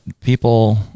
people